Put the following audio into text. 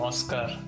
Oscar